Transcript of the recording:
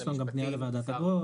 רוצים לשנות אותו?